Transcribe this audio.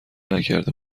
نکرده